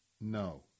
no